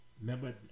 Remember